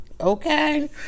okay